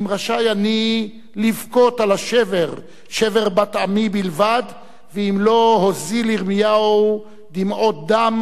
"אם רשאי אני לבכות על שבר בת עמי בלבד ואם לא הזיל ירמיהו דמעות דם,